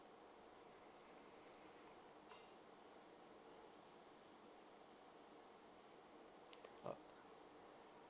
ugh